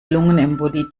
lungenembolie